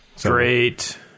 great